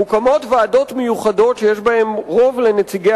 מוקמות ועדות מיוחדות שיש בהן רוב לנציגי